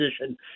position